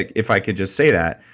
if i could just say that.